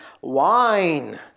wine